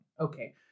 okay